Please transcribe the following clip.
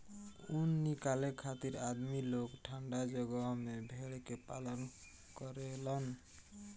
ऊन निकाले खातिर आदमी लोग ठंडा जगह में भेड़ के पालन करेलन